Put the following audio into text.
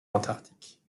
antarctique